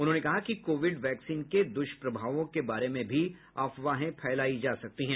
उन्होंने कहा कि कोविड वैक्सीन के दुष्प्रभावों के बारे में भी अफवाहें फैलाई जा सकती हैं